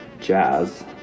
jazz